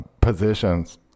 positions